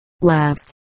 Laughs